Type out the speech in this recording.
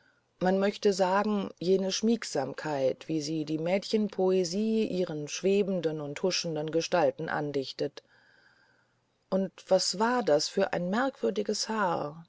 man möchte sagen jene schmiegsamkeit wie sie die märchenpoesie ihren schwebenden und huschenden gestalten andichtet und was war das für ein merkwürdiges haar